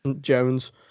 Jones